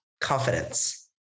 confidence